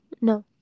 No